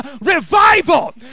revival